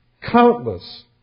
countless